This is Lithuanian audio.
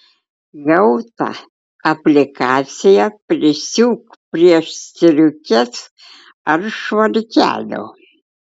gautą aplikaciją prisiūk prie striukės ar švarkelio